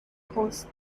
coast